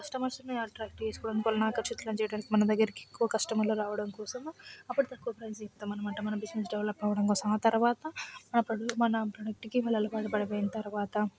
కస్టమర్స్ని attract చేసుకోవటానికి వాళ్ళని ఆకర్షితులని చేయటానికి మన దగ్గరకి ఎక్కువ కస్టమర్లు రావడం కోసం అప్పుడు తక్కువ ప్రైజ్ చెప్తాం అన్నమాట మన బిజినెస్ డవలప్ అవ్వడం కోసం ఆ తరవాత మన ప్రో మన ప్రొడక్ట్కి వాళ్ళు అలవాటు పడిపోయిన తరవాత